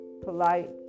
polite